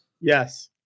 Yes